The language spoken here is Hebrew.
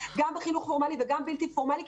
גם בחינוך הפורמלי וגם הבלתי פורמלי,